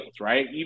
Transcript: right